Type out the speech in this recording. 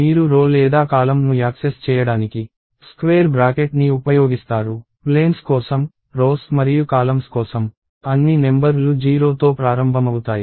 మీరు రో లేదా కాలమ్ ను యాక్సెస్ చేయడానికి స్క్వేర్ బ్రాకెట్ని ఉపయోగిస్తారు ప్లేన్స్ కోసం రోస్ మరియు కాలమ్స్ కోసం అన్ని నెంబర్ లు 0తో ప్రారంభమవుతాయి